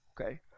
okay